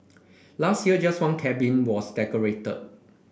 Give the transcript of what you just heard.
last year just one cabin was decorated